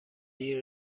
دیر